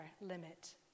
limit